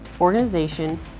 organization